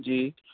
جی